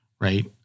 right